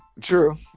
True